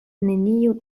neniu